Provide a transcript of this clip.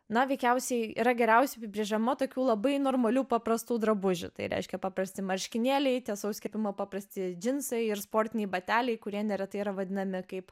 na veikiausiai yra geriausiai apibrėžiama tokių labai normalių paprastų drabužių tai reiškia paprasti marškinėliai tiesaus kirpimo paprasti džinsai ir sportiniai bateliai kurie neretai yra vadinami kaip